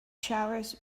showers